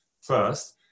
first